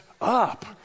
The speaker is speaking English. up